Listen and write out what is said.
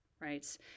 right